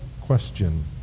Question